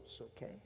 okay